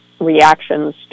reactions